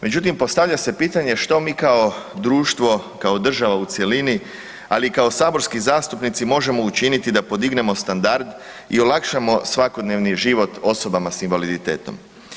Međutim, postavlja se pitanje što mi kao društvo, kao država u cjelini, ali i kao saborski zastupnici možemo učiniti da podignemo standard i olakšamo svakodnevni život osobama s invaliditetom.